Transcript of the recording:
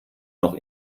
noch